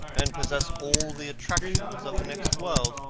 and possess all the attractions of the next world.